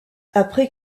après